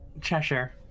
Cheshire